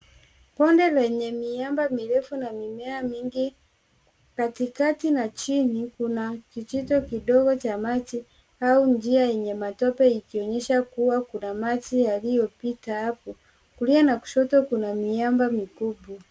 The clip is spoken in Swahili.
Bonde lenye miamba mirefu na mimea mingi katikati na chini kuna kijito kidogo cha maji au njia yenye matope ikionyesha kuna maji yanayopita hapo. Kulia na kushoto kuna miamba mikubwa.